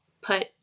put